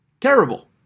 Terrible